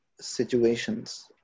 situations